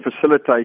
facilitate